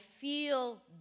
feel